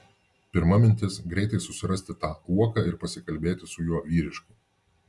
pirma mintis greitai susirasti tą uoką ir pasikalbėti su juo vyriškai